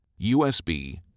USB